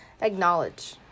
acknowledge